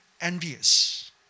envious